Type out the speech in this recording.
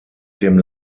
dem